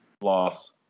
loss